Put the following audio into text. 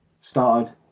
started